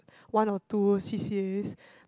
one or two c_c_as